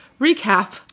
recap